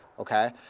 Okay